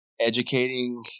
educating